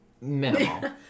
minimal